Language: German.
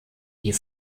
die